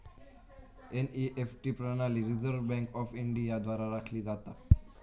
NEFT प्रणाली reserve bank of India द्वारा राखली जाता